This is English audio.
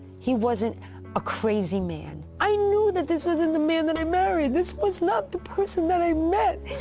he wasn't a crazy man. i knew that this wasn't the man that i married. this was not the person that i met.